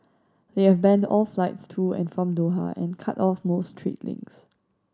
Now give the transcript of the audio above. they have banned all flights to and from Doha and cut off most trade links